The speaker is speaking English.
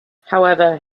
however